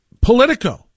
Politico